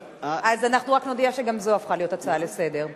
אז אנחנו רק נודיע שגם זו הפכה להיות הצעה לסדר-היום.